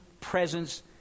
presence